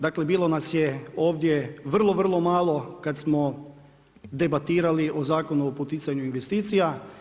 Dakle, bilo nas je ovdje vrlo, vrlo malo kad smo debatirali o Zakonu o poticanju investicija.